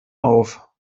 auf